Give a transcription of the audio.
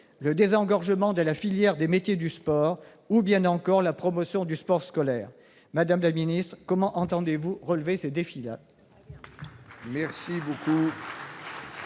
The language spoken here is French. le désengorgement de la filière des métiers du sport ou bien encore la promotion du sport scolaire ? Comment entendez-vous relever ces défis ?